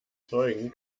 zeugen